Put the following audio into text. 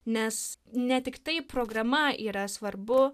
nes ne tiktai programa yra svarbu